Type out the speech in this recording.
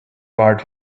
part